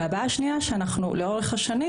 הבעיה השנייה היא התרגום לאורך השנים.